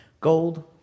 gold